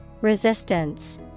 Resistance